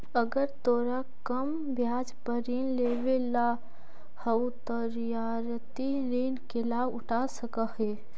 अगर तोरा कम ब्याज पर ऋण लेवेला हउ त रियायती ऋण के लाभ उठा सकऽ हें